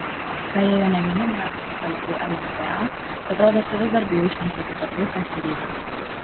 praėjo ne vieni metai kai palikau lmta bet rodosi vis dar bijau šnekėti apie tai kas įvyko